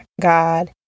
God